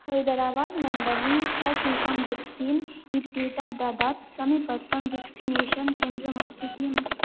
हैदराबाद् मण्डली सशुल्कं विक्सीन् इत्येतत् ददत् समीपस्थं विक्सिनेषन् केन्द्रमस्ति किम्